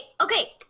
okay